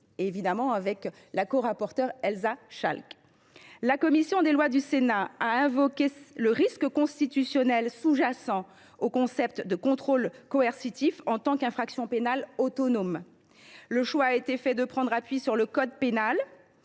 dans notre ordonnancement juridique. La commission des lois du Sénat a invoqué le risque constitutionnel sous jacent au concept de « contrôle coercitif » en tant qu’infraction pénale autonome. Le choix a été fait de prendre appui sur le code pénal,